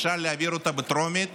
אפשר להעביר אותה בטרומית